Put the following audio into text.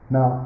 Now